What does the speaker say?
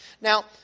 Now